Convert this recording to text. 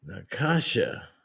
Nakasha